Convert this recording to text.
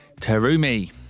Terumi